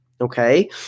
Okay